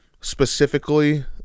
specifically